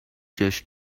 just